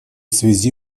связи